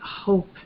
hope